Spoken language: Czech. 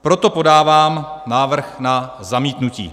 Proto podávám návrh na zamítnutí.